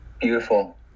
Beautiful